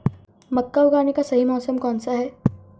मक्का उगाने का सही मौसम कौनसा है?